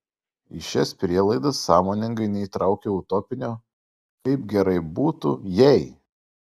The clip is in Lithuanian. į šias prielaidas sąmoningai neįtraukiau utopinio kaip gerai būtų jei